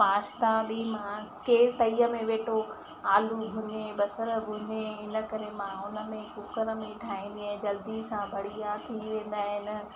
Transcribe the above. pasta बि मां केरु तईअ में वेठो आलू भुञे बसर भुञे इन करे मां उनमें ई कुकर में ई ठाहींदी आहियां जल्दी सां बढ़िया थी वेंदा आहिनि